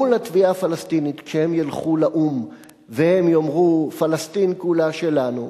מול התביעה הפלסטינית כשהם ילכו לאו"ם והם יאמרו פלסטין כולה שלנו,